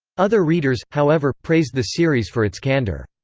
other readers, however, praised the series for its candor.